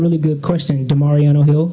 really good question tomorrow you know